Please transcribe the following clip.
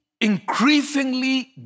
increasingly